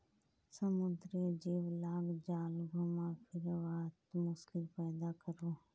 समुद्रेर जीव लाक जाल घुमा फिरवात मुश्किल पैदा करोह